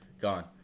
Gone